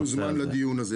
נשמח שנוזמן לדיון הזה,